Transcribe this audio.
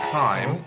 time